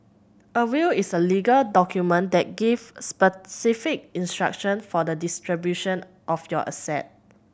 a will is a legal document that give specific instruction for the distribution of your asset